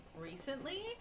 recently